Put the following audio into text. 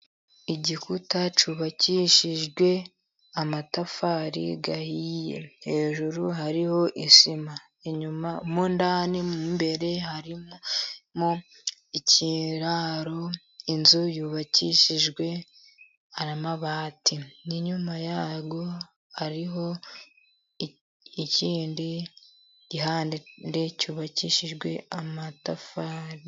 Igikuta cyubakishijwe amatafari ahiye, hejuru hariho isima, inyuma mo ndani, mo imbere harimo ikiraro, inzu yubakishijwe amabati, inyuma ya ho hariho ikindi gihande cyubakishijwe amatafari.